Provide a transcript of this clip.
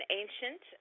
ancient